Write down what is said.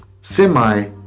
semi-